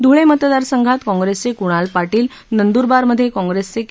धुळे मतदारसंघात काँप्रेसचे कुणाल पाटील नंदुरबार मधे काँप्रेसचे के